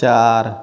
चार